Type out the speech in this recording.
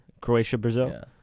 Croatia-Brazil